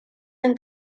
han